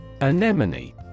Anemone